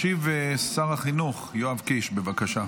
ישיב שר החינוך יואב קיש, בבקשה.